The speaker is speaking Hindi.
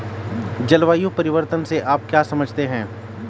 जलवायु परिवर्तन से आप क्या समझते हैं?